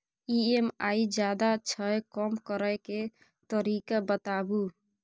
EMI ज्यादा छै कम करै के तरीका बताबू?